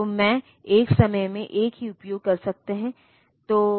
तो मैं एक समय में एक ही उपयोग कर सकता हूँ